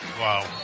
Wow